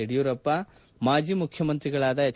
ಯಡಿಯೂರಫ್ಪ ಮಾಜಿ ಮುಖ್ಯಮಂತ್ರಿಗಳಾದ ಎಚ್